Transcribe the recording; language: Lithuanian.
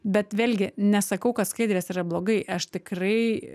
bet vėlgi nesakau kad skaidrės yra blogai aš tikrai